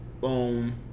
Boom